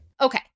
Okay